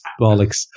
bollocks